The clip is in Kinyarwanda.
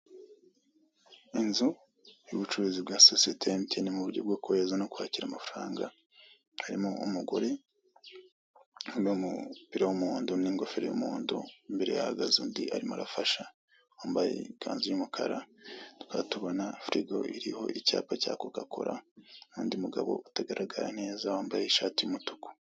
Inzu y'ubucuruzi bwa sosiyete ya emutiyeni mu buryo bwo kohereza no kwakira amafaranga, harimo umugore wambaye umupira w'umuhondo n'ingofero y'umuhondo. Imbere ye hahagaze undi arimo arafasha, wambaye ikanzu y'umukara. Tukaba tubona firigo iriho icyapa cya CocaCola, n'undi mugabo utagaragara neza wambaye ishati y'umutuku.